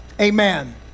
Amen